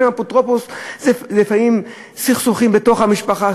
להם אפוטרופוס הן סכסוכים בתוך המשפחה,